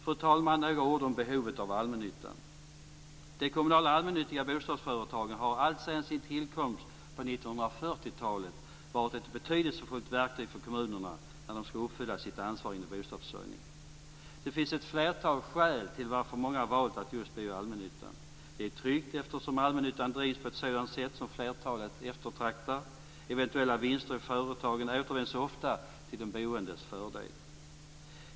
Fru talman! Jag ska säga några ord om behovet av allmännyttan. De kommunala allmännyttiga bostadsföretagen har alltsedan sin tillkomst på 1940-talet varit ett betydelsefullt verktyg för kommunerna när de ska uppfylla sitt ansvar inom bostadsförsörjningen. Det finns ett flertal skäl till varför många valt att bo just i allmännyttan. Det är tryggt eftersom allmännyttan drivs på ett sådant sätt som flertalet eftertraktar. Eventuella vinster i företaget återanvänds ofta till de boendes fördel.